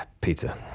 Pizza